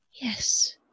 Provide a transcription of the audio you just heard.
Yes